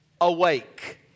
awake